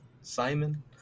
Simon